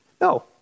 No